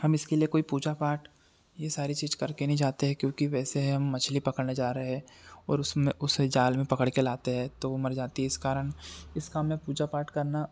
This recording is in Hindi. हम इसके लिए कोई पूजा पाठ यह सारी चीज़ करके नहीं जाते हैं क्योंकि वैसे हम मछली पकड़ने जा रहे है और उसमें उसे जाल में पकड़ कर लाते हैं तो वह मर जाती है इस कारण इस काम में पूजा पाठ करना